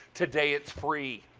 today it's free.